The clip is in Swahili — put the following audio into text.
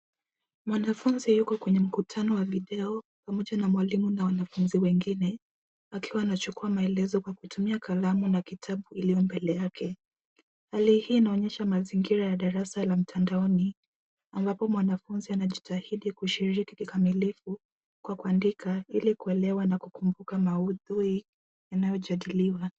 Mwanafunzi yuko kwenye mkutano wa video pamoja na mwalimu na wanafuzi wengine akiwa anachukua maelezo kwa kutumia kalamu na kitabu iliyo mbele yake. Hali hii inaonyesha mazingira ya darasa la mtandaoni ambapo mwanafunzi anajitahidi kushiriki kikamilifu kwa kuandika ili kuelewa na kukumbuka maudhui yanayojadiliwa.